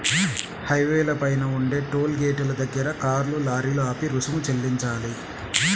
హైవేల పైన ఉండే టోలు గేటుల దగ్గర కార్లు, లారీలు ఆపి రుసుము చెల్లించాలి